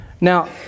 Now